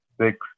six